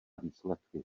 výsledky